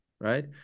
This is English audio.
right